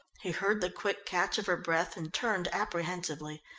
he heard the quick catch of her breath and turned apprehensively.